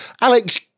alex